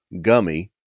Gummy